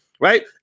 right